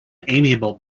amiable